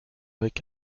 avec